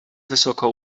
wysoko